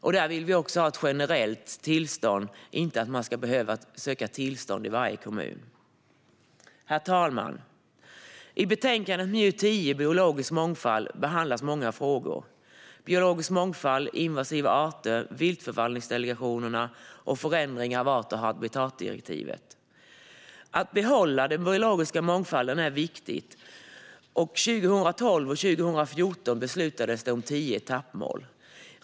Vi vill att det ska ges ett generellt tillstånd, inte att man ska behöva söka tillstånd i varje kommun. Herr talman! I betänkande MJU10 Biologisk mångfald behandlas många frågor, nämligen biologisk mångfald, invasiva arter, viltförvaltningsdelegationerna och förändring av art och habitatdirektivet. Det är viktigt att behålla den biologiska mångfalden. Åren 2012 och 2014 beslutades det om tio etappmål.